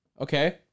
Okay